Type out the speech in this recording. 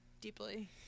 Deeply